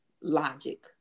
logic